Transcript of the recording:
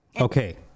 Okay